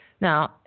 Now